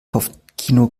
kopfkino